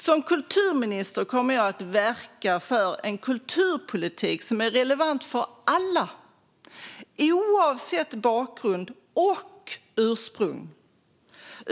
Som kulturminister kommer jag att verka för en kulturpolitik som är relevant för alla, oavsett bakgrund och ursprung.